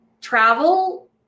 travel